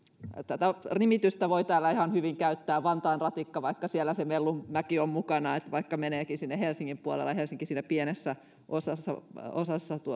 tätä nimitystä vantaan ratikka voi täällä ihan hyvin käyttää vaikka siellä se mellunmäki on mukana eli vaikka tämä meneekin sinne helsingin puolelle ja helsinki siinä pienessä osassa osassa